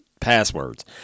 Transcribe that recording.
passwords